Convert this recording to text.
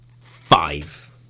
five